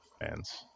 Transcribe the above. fans